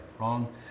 wrong